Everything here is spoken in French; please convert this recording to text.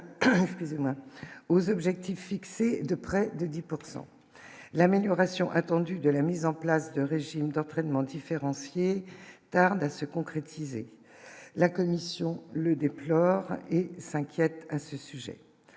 aux objectifs fixés de près de 10 pourcent l'amélioration attendue de la mise en place d'un régime d'entraînement différencié tarde à se concrétiser, la Commission le déplore et s'inquiète à ce sujet,